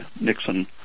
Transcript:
Nixon